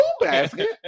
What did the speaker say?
basket